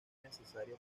necesario